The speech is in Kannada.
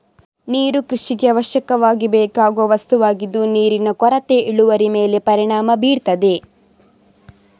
ನೀರು ಕೃಷಿಗೆ ಅವಶ್ಯಕವಾಗಿ ಬೇಕಾಗುವ ವಸ್ತುವಾಗಿದ್ದು ನೀರಿನ ಕೊರತೆ ಇಳುವರಿ ಮೇಲೆ ಪರಿಣಾಮ ಬೀರ್ತದೆ